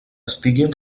estiguin